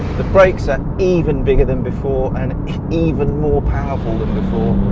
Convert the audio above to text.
the brakes are even bigger than before and even more powerful than before.